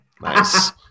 Nice